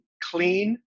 clean